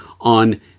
on